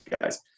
Guys